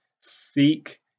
Seek